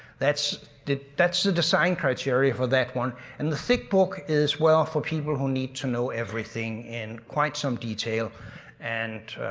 that's the that's the design criteria for that one and the thick book is well for people who need to know everything in quite some detail and.